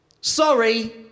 sorry